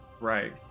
Right